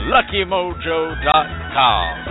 LuckyMojo.com